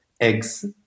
eggs